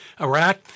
Iraq